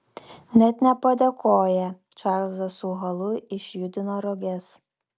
net nepadėkoję čarlzas su halu išjudino roges